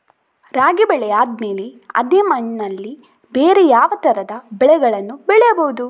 ರಾಗಿ ಬೆಳೆ ಆದ್ಮೇಲೆ ಅದೇ ಮಣ್ಣಲ್ಲಿ ಬೇರೆ ಯಾವ ತರದ ಬೆಳೆಗಳನ್ನು ಬೆಳೆಯಬಹುದು?